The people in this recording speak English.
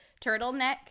turtleneck